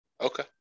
okay